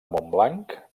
montblanc